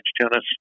tennis